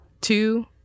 two